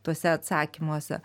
tuose atsakymuose